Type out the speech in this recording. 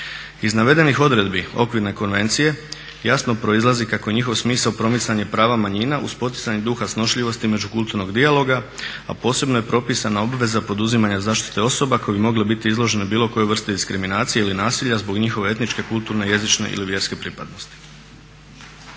Iz navedenih odredbi Okvirne konvencije jasno proizlazi kako je njihov smisao promicanje prava manjina uz poticanje duha snošljivosti i međukulturnog dijaloga. A posebno je propisana obveza poduzimanja zaštite osoba koje bi mogle biti izložene bilo kojoj vrsti diskriminacije ili nasilja zbog njihove etničke, kulturne, jezične ili vjerske pripadnosti.